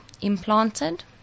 implanted